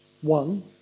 one